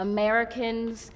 Americans